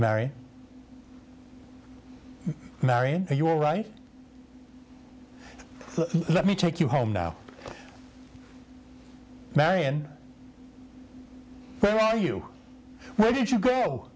mary mary and you all right let me take you home now marian where are you where did you go